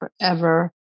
forever